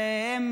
והם,